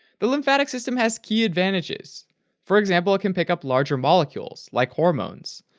the lymphatic system has key advantages for example it can pick up larger molecules, like hormones,